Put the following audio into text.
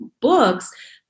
books